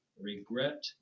regret